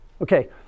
Okay